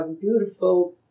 beautiful